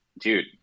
dude